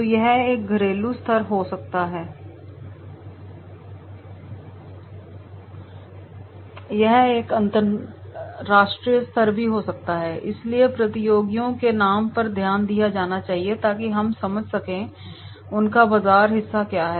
तो यह एक घरेलू स्तर हो सकता है यह एक अंतर्राष्ट्रीय स्तर भी हो सकता है इसलिए प्रतियोगियों के नाम पर ध्यान दिया जाना चाहिए ताकि हम समझ सकें कि उनका बाजार हिस्सा क्या है